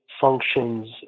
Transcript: functions